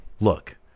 Look